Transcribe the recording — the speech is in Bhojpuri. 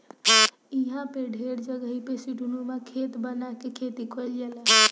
इहां पे ढेर जगही पे सीढ़ीनुमा खेत बना के खेती कईल जाला